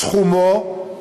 סכומו,